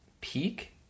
peak